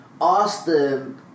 Austin